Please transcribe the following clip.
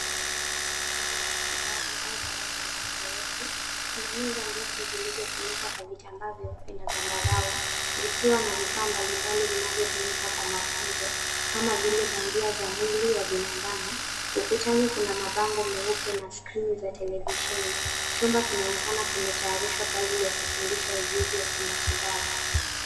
Maabara ya mafunzo ya matibabu au darasa la mazoezi. Kuna meza ndefu zilizofunikwa kwa vitambaa vyeupe na zambarau, zikiwa na vifaa mbali mbali zinavyotumika kwa mafunzo, kama vile, bandia za mwili wa banadamu. Ukutani kuna mabango meupe na skirini za televisheni. Chumba kinaonekana kimetayarishwa kwa ajili ya kufundisha ujuzi wa kimatibabu.